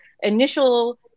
initial